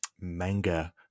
manga